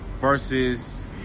versus